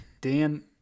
Dan